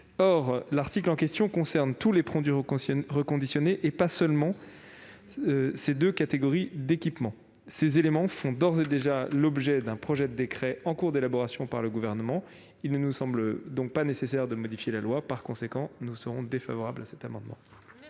Or l'article en question concerne tous les produits reconditionnés, et pas seulement ces deux catégories d'équipements. Ces éléments font, d'ores et déjà, l'objet d'un projet de décret en cours d'élaboration par le Gouvernement. Il ne nous semble donc pas nécessaire de modifier la loi. Par conséquent, nous émettons un avis défavorable sur cet amendement.